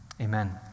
amen